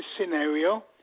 scenario